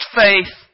faith